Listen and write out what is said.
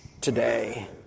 today